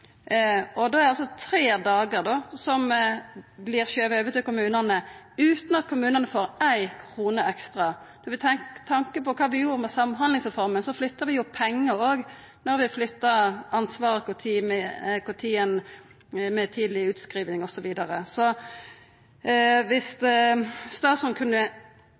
er altså tre dagar som da vert skyvde over til kommunane, utan at kommunane får éi krone ekstra. Med tanke på kva vi gjorde med samhandlingsreforma, da flytta vi jo pengar òg da vi flytta ansvaret